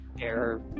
air